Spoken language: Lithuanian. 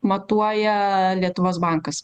matuoja lietuvos bankas